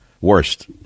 Worst